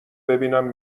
ببینم